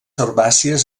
herbàcies